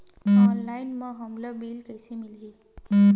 Online म हमला bill कइसे मिलही?